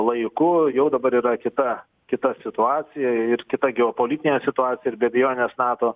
laiku jau dabar yra kita kita situacija ir kita geopolitinė situacija ir be abejonės nato